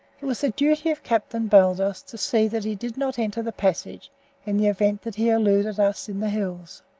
it was the duty of captain baldos to see that he did not enter the passage in the event that he eluded us in the hills.